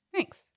Thanks